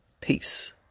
Peace